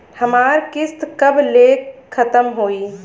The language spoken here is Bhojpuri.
हमार किस्त कब ले खतम होई?